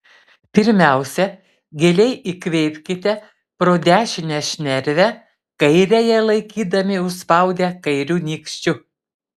pirmiausia giliai įkvėpkite pro dešinę šnervę kairiąją laikydami užspaudę kairiu nykščiu